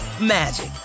magic